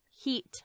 heat